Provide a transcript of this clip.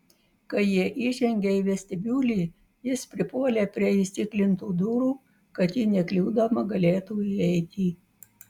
kai jie įžengė į vestibiulį jis pripuolė prie įstiklintų durų kad ji nekliudoma galėtų įeiti